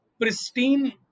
pristine